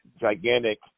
gigantic